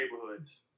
neighborhoods